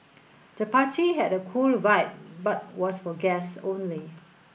the party had a cool vibe but was for guests only